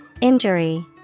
Injury